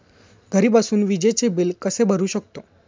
घरी बसून विजेचे बिल कसे भरू शकतो?